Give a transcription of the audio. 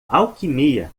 alquimia